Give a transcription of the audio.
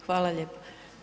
Hvala lijepo.